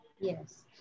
Yes